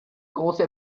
große